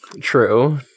True